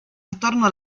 attorno